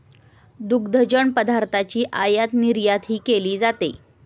दुग्धजन्य पदार्थांची आयातनिर्यातही केली जाते